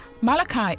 Malachi